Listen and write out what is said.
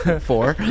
Four